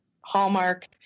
hallmark